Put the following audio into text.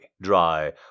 dry